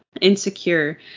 insecure